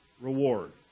reward